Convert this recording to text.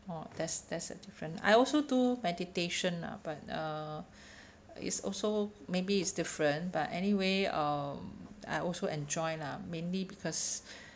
orh that's that's a different I also do meditation lah but uh is also maybe it's different but anyway um I also enjoy lah mainly because